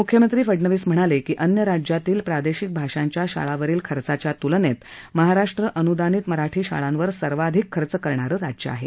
मुख्यमंत्री फडणवीस म्हणाले अन्य राज्यांतील प्रादेशिक भाषांच्या शाळांवरील खर्चाच्या तुलनेत महाराष्ट्र अनुदानित मराठी शाळांवर सर्वाधिक खर्च करणारे राज्य आहे